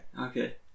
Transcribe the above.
Okay